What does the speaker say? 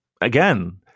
again